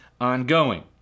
ongoing